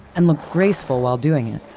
and look graceful while doing it.